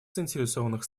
заинтересованных